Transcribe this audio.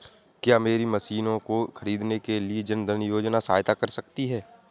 क्या मेरी मशीन को ख़रीदने के लिए जन धन योजना सहायता कर सकती है?